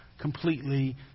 completely